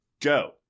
Joe